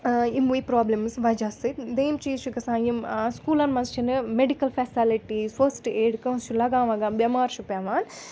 یِموٕے پرٛابلِمٕز وَجہ سۭتۍ دٔیِم چیٖز چھِ گَژھان یِم سُکوٗلَن مَنٛز چھِنہٕ میٚڈِکَل فٮ۪سَلٹیٖز فٔسٹ ایڈ کٲنٛسہِ چھُ لَگان وَگان بٮ۪مار چھُ پٮ۪وان